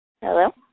Hello